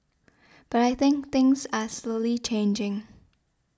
but I think things are slowly changing